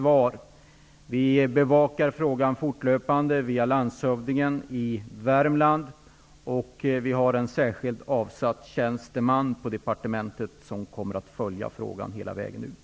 Vi bevakar frågan fortlöpande via landshövdingen i Värmland och har en på departementet särskilt avdelad tjänsteman, som kommer att följa frågan hela vägen ut.